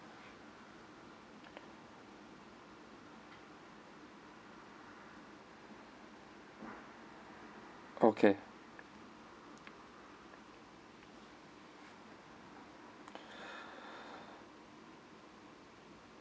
okay